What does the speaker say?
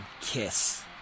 KISS